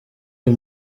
uyu